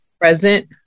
present